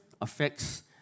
affects